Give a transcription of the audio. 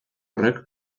horrek